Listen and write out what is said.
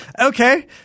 okay